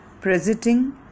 presenting